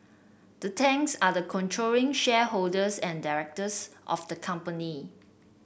the Tangs are the controlling shareholders and directors of the company